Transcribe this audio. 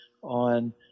on